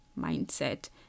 mindset